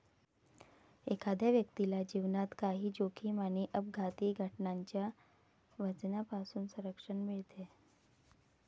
एखाद्या व्यक्तीला जीवनात काही जोखीम आणि अपघाती घटनांच्या वजनापासून संरक्षण मिळते